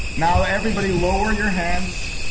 now everybody lower your hands.